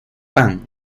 pan